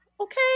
Okay